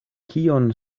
kion